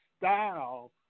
style